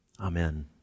Amen